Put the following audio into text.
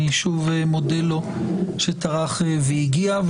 אני שוב מודה לו שטרח והגיע.